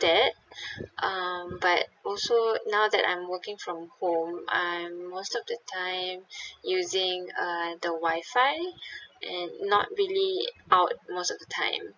that um but also now that I'm working from home I'm most of the time using uh the wifi and not really out most of the time